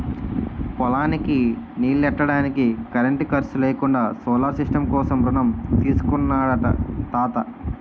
పొలానికి నీల్లెట్టడానికి కరెంటు ఖర్సు లేకుండా సోలార్ సిస్టం కోసం రుణం తీసుకున్నాడట తాత